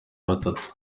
batatu